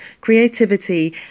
creativity